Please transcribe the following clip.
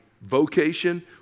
vocation